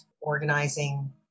organizing